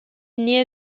near